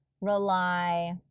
rely